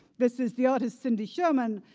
this is the artist cindy sherman,